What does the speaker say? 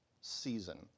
season